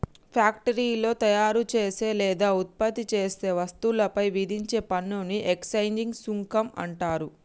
ఫ్యాక్టరీలో తయారుచేసే లేదా ఉత్పత్తి చేసే వస్తువులపై విధించే పన్నుని ఎక్సైజ్ సుంకం అంటరు